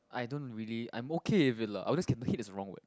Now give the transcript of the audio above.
I don't really I'm okay with it lah I would just okay hate is a wrong word